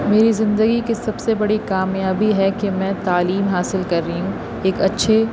میری زندگی کی سب سے بڑی کامیابی ہے کہ میں تعلیم حاصل کر رہی ہوں ایک اچھے